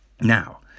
Now